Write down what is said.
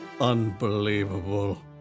unbelievable